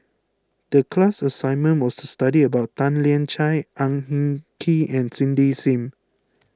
the class assignment was to study about Tan Lian Chye Ang Hin Kee and Cindy Sim